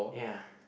ya